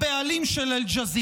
הבעלים של אל-ג'זירה.